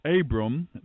Abram